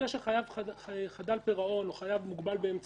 להראות שהחייב משתף פעולה באמת, ולכן הוא מקבל את